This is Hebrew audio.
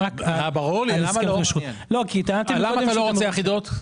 למה אתה לא רוצה אחידות?